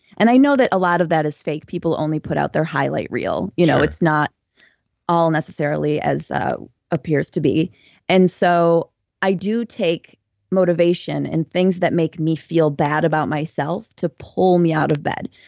and i know that a lot of that is fake. people only put out their highlight reel. you know it's not all necessarily as it ah appears to be and so i do take motivation and things that make me feel bad about myself to pull me out of bed.